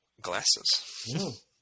glasses